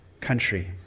country